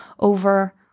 Over